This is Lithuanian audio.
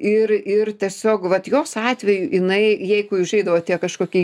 ir ir tiesiog vat jos atveju jinai jeigu užeidavo tie kažkokie